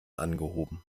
angehoben